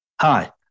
Hi